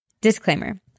Disclaimer